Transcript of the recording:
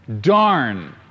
Darn